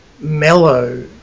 mellow